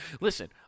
Listen